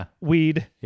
weed